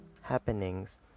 happenings